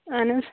اہَن حَظ